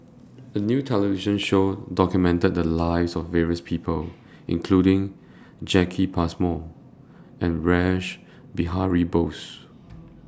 A New television Show documented The Lives of various People including Jacki Passmore and Rash Behari Bose